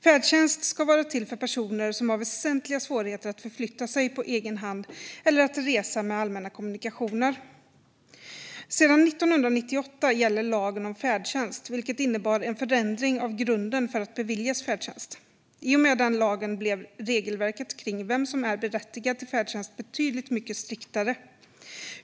Färdtjänst ska vara till för personer som har väsentliga svårigheter att förflytta sig på egen hand eller att resa med allmänna kommunikationer. Sedan 1998 gäller lagen om färdtjänst, som innebar en förändring av grunden för att beviljas färdtjänst. I och med den lagen blev regelverket kring vem som är berättigad till färdtjänst betydligt striktare.